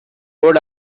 rode